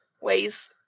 ways